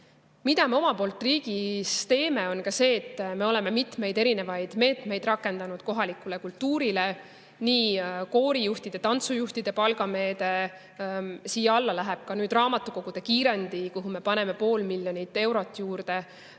Mida me oma poolt riigis teeme, on see, et me oleme mitmeid erinevaid meetmeid rakendanud kohalikule kultuurile, näiteks koorijuhtide, tantsujuhtide palgameede. Siia alla läheb ka nüüd "Raamatukogude kiirendi", kuhu me paneme pool miljonit eurot juurde.